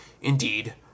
indeed